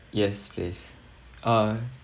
yes please oh